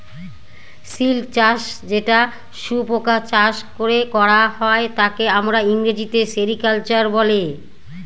silk চাষ যেটা শুয়োপোকা চাষ করে করা হয় তাকে আমরা ইংরেজিতে সেরিকালচার বলে